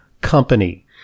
Company